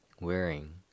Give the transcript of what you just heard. wearing